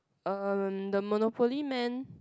erm the monopoly man